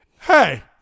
hey